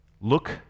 look